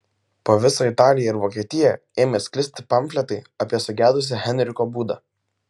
po visą italiją ir vokietiją ėmė sklisti pamfletai apie sugedusį henriko būdą